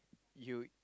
you